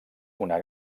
una